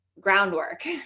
Groundwork